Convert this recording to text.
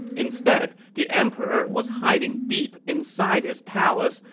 instead, the emperor was hiding deep inside his palace,